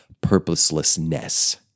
purposelessness